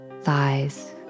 thighs